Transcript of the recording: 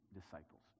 disciples